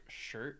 shirt